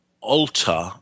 alter